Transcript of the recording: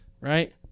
right